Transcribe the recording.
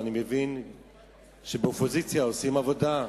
אני מבין שבאופוזיציה עושים עבודה,